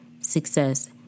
success